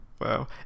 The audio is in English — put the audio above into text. wow